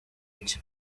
iki